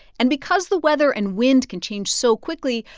and because the weather and wind can change so quickly,